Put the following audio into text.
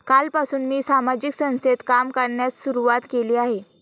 कालपासून मी सामाजिक संस्थेत काम करण्यास सुरुवात केली आहे